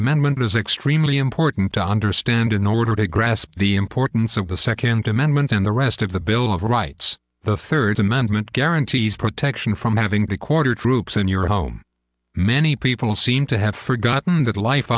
amendment was extremely important to understand in order to grasp the importance of the second amendment and the rest of the bill of rights the third amendment guarantees protection from having to quarter troops in your home many people seem to have forgotten that life